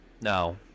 No